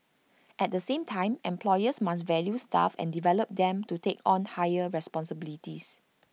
at the same time employers must value staff and develop them to take on higher responsibilities